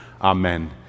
Amen